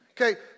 Okay